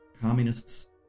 Communists